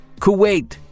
Kuwait